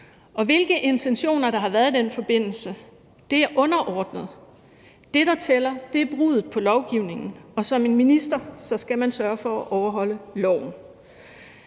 Hvilke intentioner, der har været i den forbindelse, er underordnet, for det, der tæller, er bruddet på lovgivningen, og som minister skal man sørge for at overholde loven.